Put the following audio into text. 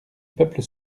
peuple